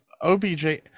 OBJ –